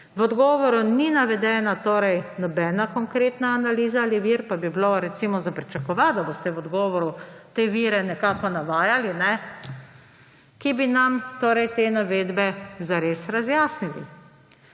V odgovoru torej ni navedena nobena konkretna analiza ali vir, pa bi bilo recimo pričakovati, da boste v odgovoru te vire nekako navajali, ki bi nam torej te navedbe zares razjasnili.